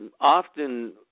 often